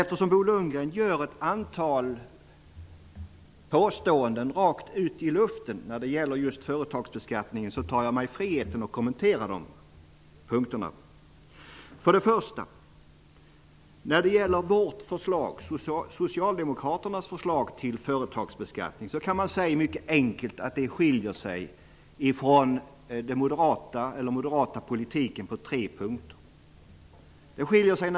Eftersom Bo Lundgren kommer med ett antal påståenden rakt ut i luften om företagsbeskattningen tar jag mig friheten att kommentera dem. Socialdemokraternas förslag till företagsbeskattning skiljer sig från den moderata politiken på tre punkter.